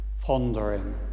pondering